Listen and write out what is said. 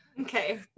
Okay